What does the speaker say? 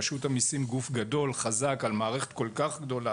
רשות המיסים גוף גדול, חזק על מערכת כל כך גדולה.